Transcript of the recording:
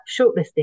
shortlisting